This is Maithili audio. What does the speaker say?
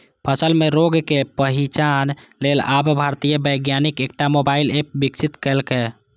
फसल मे रोगक पहिचान लेल आब भारतीय वैज्ञानिक एकटा मोबाइल एप विकसित केलकैए